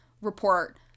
report